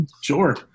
Sure